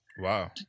Wow